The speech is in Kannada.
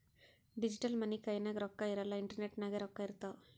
ಡಿಜಿಟಲ್ ಮನಿ ಕೈನಾಗ್ ರೊಕ್ಕಾ ಇರಲ್ಲ ಇಂಟರ್ನೆಟ್ ನಾಗೆ ರೊಕ್ಕಾ ಇರ್ತಾವ್